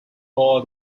for